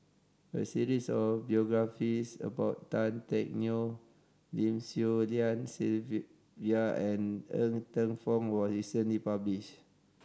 a series of biographies about Tan Teck Neo Lim Swee Lian Sylvia and Ng Teng Fong was recently published